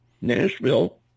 Nashville